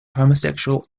homosexual